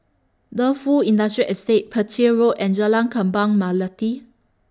Defu Industrial Estate Petir Road and Jalan Kembang Melati